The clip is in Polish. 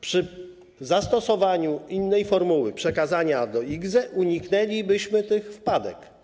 Przy zastosowaniu innej formuły przekazania do IKZE uniknęlibyśmy tych wpadek.